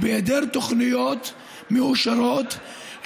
ובהיעדר תוכניות מאושרות